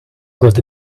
got